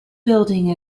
building